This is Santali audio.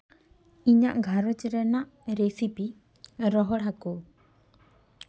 ᱤᱧᱟᱹᱜ ᱜᱷᱟᱨᱚᱸᱡᱽ ᱨᱮᱱᱟᱜ ᱨᱮᱥᱤᱯᱤ ᱨᱚᱦᱚᱲ ᱦᱟᱹᱠᱩ